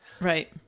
Right